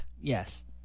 Yes